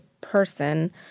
person